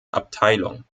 abteilung